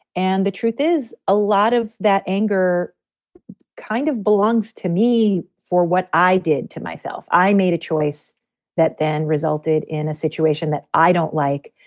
and the truth is, a lot of that anger kind of belongs to me for what i did to myself i made a choice that then resulted in a situation that i don't like.